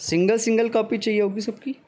single single copy چاہیے ہوگی سب کی